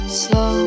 slow